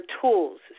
tools